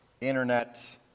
internet